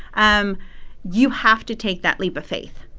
um you have to take that leap of faith.